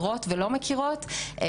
באמת מתוך השטח.